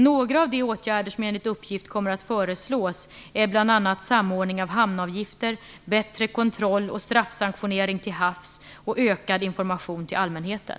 Några av de åtgärder som enligt uppgift kommer att föreslås är bl.a.: samordning av hamnavgifter, bättre kontroll och straffsanktionering till havs och ökad information till allmänheten.